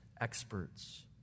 experts